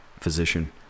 physician